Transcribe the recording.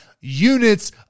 units